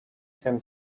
hand